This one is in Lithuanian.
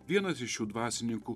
vienas iš jų dvasininkų